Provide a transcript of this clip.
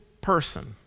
person